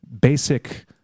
basic